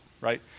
right